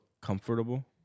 comfortable